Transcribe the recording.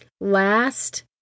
Last